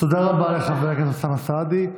תודה רבה לחבר הכנסת אוסאמה סעדי.